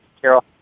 Carol